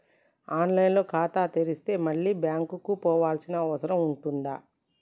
On line లో ఖాతా తెరిస్తే మళ్ళీ బ్యాంకుకు పోవాల్సిన అవసరం ఉంటుందా?